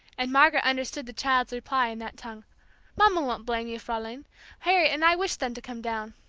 and margaret understood the child's reply in that tongue mamma won't blame you, fraulein harriet and i wished them to come down!